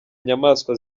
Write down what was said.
inyamaswa